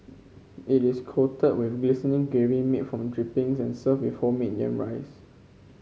it is coated with glistening gravy made from drippings and served with homemade yam rice